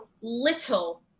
little